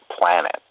planet